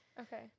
Okay